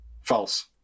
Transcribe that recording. False